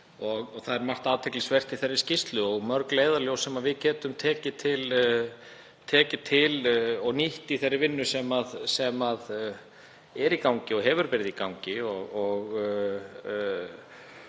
og það er margt athyglisvert í þeirri skýrslu og mörg leiðarljós sem við getum nýtt í þeirri vinnu sem er í gangi og hefur verið í gangi